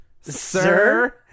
Sir